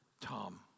Tom